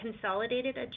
consolidated